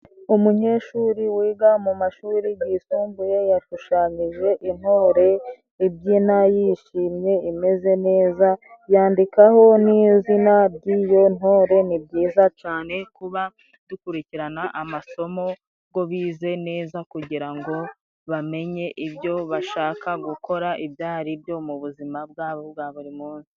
Umunyeshuri wiga mu mashuri yisumbuye yashushanyije intore ibyina yishimye imeze neza, yandikaho n'izina ry'iyo ntore. Ni byiza cane kuba dukurikirana amasomo go bize neza kugira ngo bamenye ibyo bashaka gukora ibyari byo mu buzima bwabo bwa buri munsi.